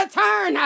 turn